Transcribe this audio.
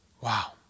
Wow